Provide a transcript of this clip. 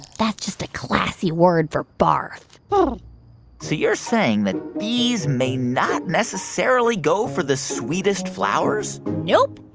that's just a classy word for barf but so you're saying that bees may not necessarily go for the sweetest flowers? nope.